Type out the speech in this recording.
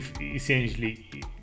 essentially